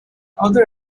other